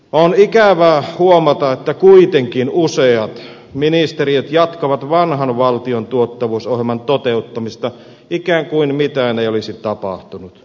on ikävää huomata että kuitenkin useat ministeriöt jatkavat vanhan valtion tuottavuusohjelman toteuttamista ikään kuin mitään ei olisi tapahtunut